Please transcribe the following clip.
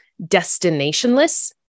destinationless